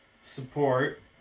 support